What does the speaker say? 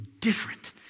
different